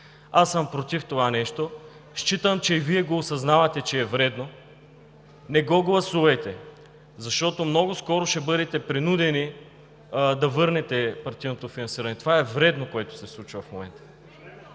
Аз съм против това нещо. Считам, че и Вие осъзнавате, че е вредно. Не го гласувайте, защото много скоро ще бъдете принудени да върнете партийното финансиране. Това е вредно, което се случва в момента.